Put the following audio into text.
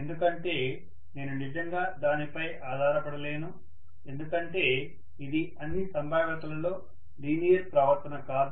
ఎందుకంటే నేను నిజంగా దానిపై ఆధారపడలేను ఎందుకంటే ఇది అన్ని సంభావ్యతలలో లీనియర్ ప్రవర్తన కాదు